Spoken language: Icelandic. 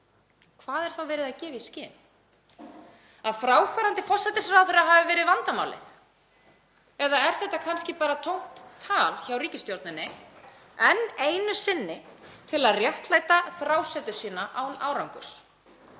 Hvað er þá verið að gefa í skyn? Að fráfarandi forsætisráðherra hafi verið vandamálið? Eða er þetta kannski bara tómt tal hjá ríkisstjórninni enn einu sinni til að réttlæta þrásetu sína án árangurs?